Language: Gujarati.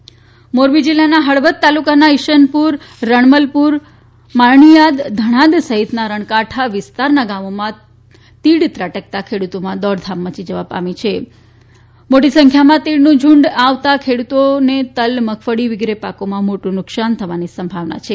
તીડ મોરબી જિલ્લાના હળવદ તાલુકાના ઈશનપુર રણમલપુર માલણીયાદ ધણાદ સહિતના રણકાંઠા વિસ્તારના ગામોમા તીડ ત્રાટકતા ખેડુતોમા દોડધામ મચી જવા પામી હતી મોટી સંખ્યામાં તીડનુ ઝુડ આવી યડતા ખેડૂતોને તલ મગફળી વિગેરે પાકોમાં મોટું નુકશાન થવાની સંભાવના છે